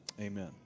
Amen